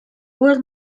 were